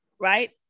Right